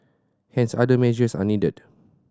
hence other measures are needed